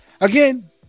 Again